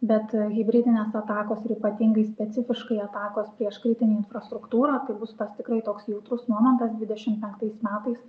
bet hibridinės atakos ir ypatingai specifiškai atakos prieš kritinę infrastruktūrą tai bus tas tikrai toks jautrus momentas dvidešim penktais metais